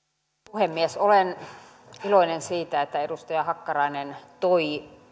puhemies olen iloinen siitä että edustaja hakkarainen toi